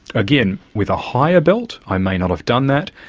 again, with a higher belt i may not have done that.